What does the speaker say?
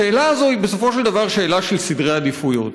השאלה הזאת היא בסופו של דבר שאלה של סדר עדיפויות,